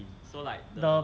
the